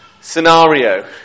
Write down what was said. scenario